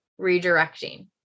redirecting